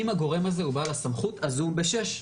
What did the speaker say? אם הגורם הזה הוא בעל הסמכות, אז הוא ב-6 נכנס.